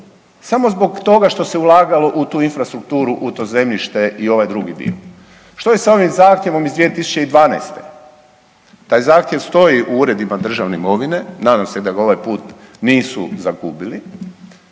samo zbog toga što se ulagalo u tu infrastrukturu, u to zemljište i ovaj drugi dio. Što je s ovim zahtjevom iz 2012.? Taj zahtjev stoji u uredima državne imovine, nadam se da ga ovaj put nisu zagubili,